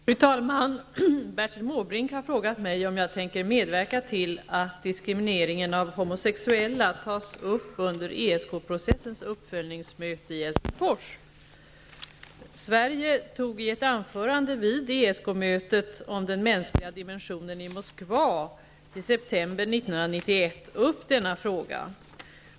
Fru talman! Bertil Måbrink har frågat mig om jag tänker medverka till att diskrimineringen av homosexuella tas upp under ESK-processens uppföljningsmöte i Helsingfors. Sverige tog i ett anförande vid ESK-mötet i Moskva i september 1991 om den mänskliga dimensionen upp denna fråga.